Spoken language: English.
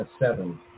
seven